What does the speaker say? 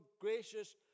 gracious